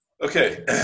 Okay